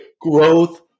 growth